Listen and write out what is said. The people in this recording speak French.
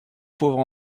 pauvre